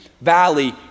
valley